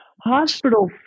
hospital